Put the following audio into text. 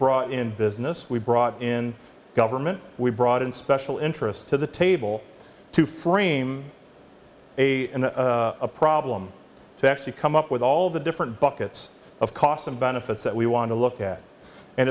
brought in business we brought in government we brought in special interest to the table to frame a problem to actually come up with all the different buckets of costs and benefits that we want to look at and